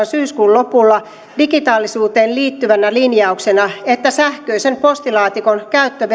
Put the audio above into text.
syyskuun lopulla digitaalisuuteen liittyvänä linjauksena että sähköisen postilaatikon käyttövelvollisuus